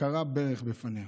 הוא כרע ברך בפניה,